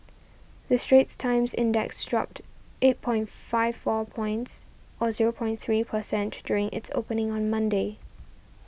the Straits Times Index dropped eight point five four points or zero points three per cent to during its opening on Monday